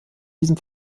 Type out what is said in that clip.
diesem